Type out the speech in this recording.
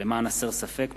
למען הסר ספק,